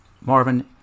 Marvin